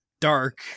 Dark